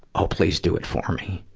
oh, please do it for me.